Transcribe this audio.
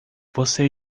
você